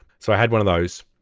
so i had one of those.